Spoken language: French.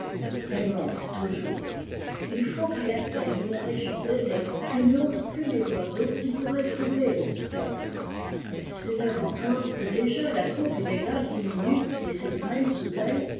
elle monte toujours i ut qu'elle atteigne une région déserte que ne h nt plus les oiseaux qui pourraient troubler le mystère elle s'élève encore et déjà la troupe inégale diminue et s'égrène sous elle